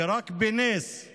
ורק בנס זה